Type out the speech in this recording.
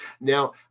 Now